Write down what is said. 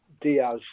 Diaz